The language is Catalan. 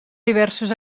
diversos